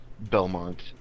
belmont